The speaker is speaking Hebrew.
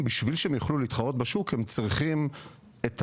יוכלו להתחרות בשוק הם צריכים את הרגולציה,